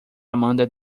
amanda